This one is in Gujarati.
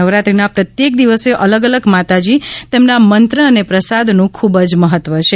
નવરાત્રીના પ્રત્યેક દિવસે અલગ અલગ માતાજી તેમના મંત્ર અને પ્રસાદનું ખુબ જ મહત્વ છે